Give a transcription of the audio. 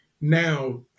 now